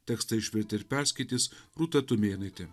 tekstą išvertė ir perskaitys rūta tumėnaitė